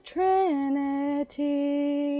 Trinity